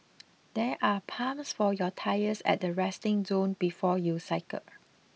there are pumps for your tyres at the resting zone before you cycle